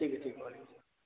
ٹھیک ہے ٹھیک وعلیکم السلام